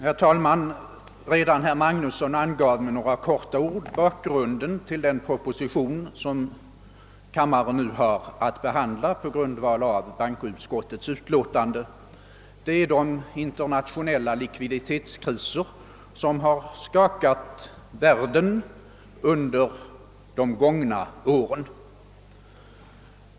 Herr talman! Redan herr Magnusson i Borås angav med några ord bakgrunden till den proposition som kammaren nu har att behandla på grundval av bankoutskottets utlåtande nr 66. Den är de internationella likviditetskriser som har skakat världen under de gångna åren.